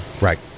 Right